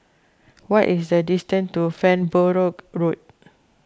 what is the distance to Farnborough Road